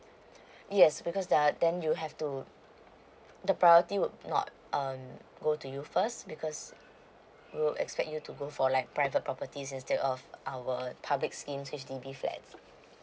yes because there are then you have to the priority would not um go to you first because we will expect you to go for like private property instead of our public scheme H_D_B flat